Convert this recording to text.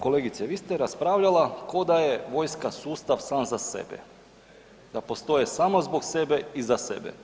Kolegice, vi ste raspravljala koda je vojska sustav sam za sebe, da postoje samo zbog sebe i za sebe.